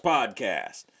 Podcast